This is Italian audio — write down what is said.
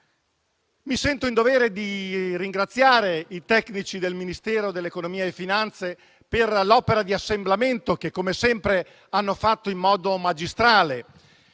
mi sento in dovere di ringraziare i tecnici del Ministero dell'economia e delle finanze per l'opera di assemblaggio che, come sempre, hanno fatto in modo magistrale;